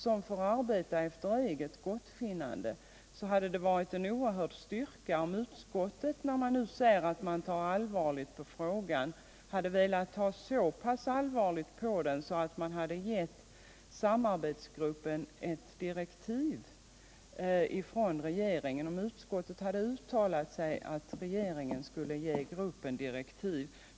som får arbeta efter eget gottfinnande, skulle det he varit en oerhörd styrka om utskottet, som säger sig ta allvarligt på frågan, hade velat ta så pass allvarligt på den att man uttalat sig för att riksdagen skulle hemställa hos regeringen att ge gruppen direktiv.